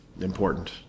important